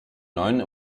neuen